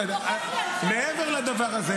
אתה דוחף את אנשי המילואים,